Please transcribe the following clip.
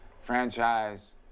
franchise